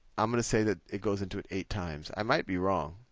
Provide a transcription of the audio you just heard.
i'm going to say that it goes into it eight times. i might be wrong.